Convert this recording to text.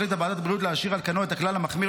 החליטה ועדת הבריאות להשאיר על כנו את הכלל המחמיר